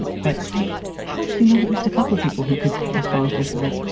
and but i hope, you know, at least a couple of people who could respond to this like,